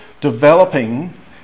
developing